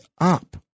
up